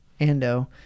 Ando